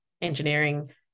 engineering